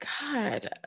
god